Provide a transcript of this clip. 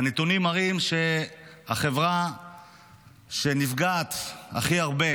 והנתונים מראים שהחברה שנפגעת הכי הרבה